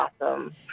awesome